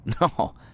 No